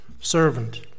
servant